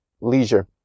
leisure